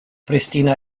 pristina